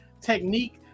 technique